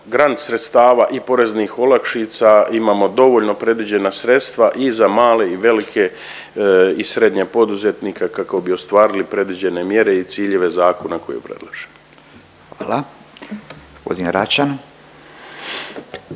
grand sredstava i poreznih olakšica imamo dovoljno predviđena sredstva i za male i velike i srednje poduzetnike kako bi ostvarili predviđene mjere i ciljeve zakona koji je obrazložen.